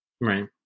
Right